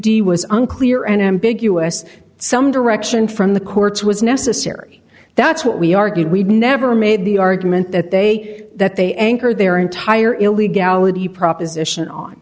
d was unclear and ambiguous some direction from the courts was necessary that's what we argued we'd never made the argument that they that they anchor their entire illegality proposition on